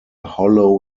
hollow